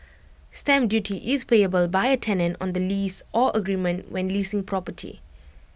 stamp duty is payable by A tenant on the lease or agreement when leasing property